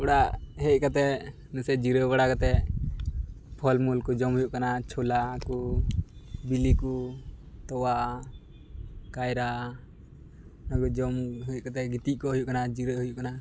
ᱚᱲᱟᱜ ᱦᱮᱡ ᱠᱟᱛᱮ ᱱᱟᱥᱤᱭᱟᱜ ᱡᱤᱨᱟᱹᱣ ᱵᱟᱲᱟ ᱠᱟᱛᱮ ᱯᱷᱚᱞᱼᱢᱩᱞ ᱠᱚ ᱡᱚᱢ ᱦᱩᱭᱩᱜ ᱠᱟᱱᱟ ᱪᱷᱳᱞᱟᱠᱩ ᱵᱤᱞᱤᱠᱩ ᱛᱳᱣᱟ ᱠᱟᱭᱨᱟ ᱚᱱᱟᱠᱩ ᱡᱚᱢ ᱦᱩᱭ ᱠᱟᱛᱮ ᱜᱤᱛᱤᱡᱠᱚᱜ ᱦᱩᱭᱩᱜ ᱠᱟᱱᱟ ᱡᱤᱨᱟᱹᱜ ᱦᱩᱭᱩᱜ ᱠᱟᱱᱟ